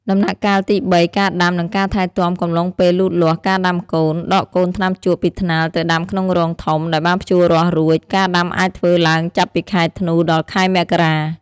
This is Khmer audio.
ដំណាក់កាលទី ៣ ការដាំ និងថែទាំកំឡុងពេលលូតលាស់ ការដាំកូន ដកកូនថ្នាំជក់ពីថ្នាលទៅដាំក្នុងរងធំដែលបានភ្ជួររាស់រួច ការដាំអាចធ្វើឡើងចាប់ពីខែធ្នូដល់ខែមករា។